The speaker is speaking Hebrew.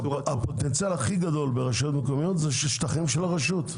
הפוטנציאל הכי גדול ברשויות מקומיות הוא שטחים של הרשות.